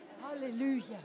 Hallelujah